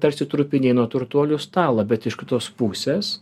tarsi trupiniai nuo turtuolių stala bet iš kitos pusės